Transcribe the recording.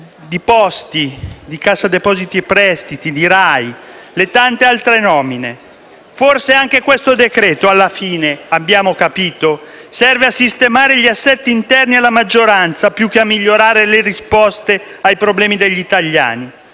di posti, di Cassa depositi e prestiti, di RAI e di tante altre nomine. Abbiamo capito che forse anche questo decreto-legge, alla fine, serve a sistemare gli assetti interni alla maggioranza più che a migliorare le risposte ai problemi degli italiani.